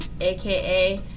aka